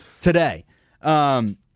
today